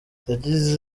yagize